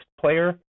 player